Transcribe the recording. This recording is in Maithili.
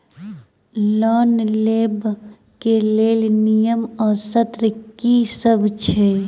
लोन लेबऽ कऽ लेल नियम आ शर्त की सब छई?